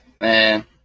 Man